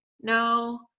no